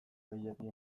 gehiegi